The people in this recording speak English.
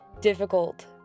difficult